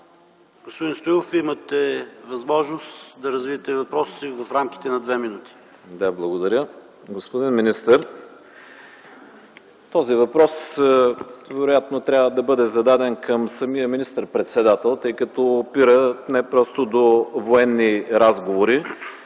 Господин Стоилов, имате възможност да развиете въпроса си. ЯНАКИ СТОИЛОВ (КБ): Благодаря. Господин министър, този въпрос вероятно трябва да бъде зададен към самия министър-председател, тъй като опира не просто до военни разговори,